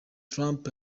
trump